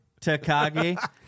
Takagi